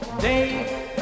Day